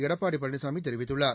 எடப்பாடி பழனிசாமி தெரிவித்துள்ளார்